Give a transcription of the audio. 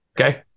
Okay